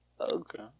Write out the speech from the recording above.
Okay